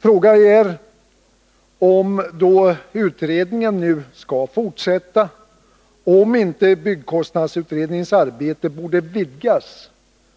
Fråga är — då utredningen nu skall fortsätta — om inte byggkostnadsutredningens arbete borde vidgas